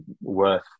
worth